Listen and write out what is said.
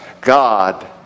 God